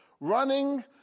running